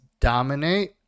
dominate